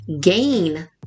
gain